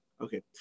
Okay